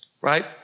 Right